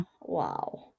Wow